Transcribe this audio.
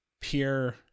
peer